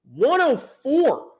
104